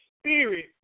spirit